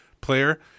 player